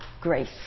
grace